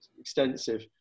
extensive